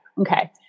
Okay